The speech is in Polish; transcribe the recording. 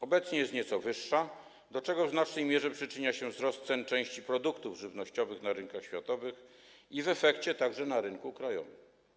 Obecnie jest nieco wyższa, do czego w znacznej mierze przyczynia się wzrost cen części produktów żywnościowych na rynkach światowych i w efekcie także na rynku krajowym.